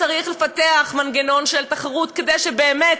צריך לפתח מנגנון של תחרות כדי שבאמת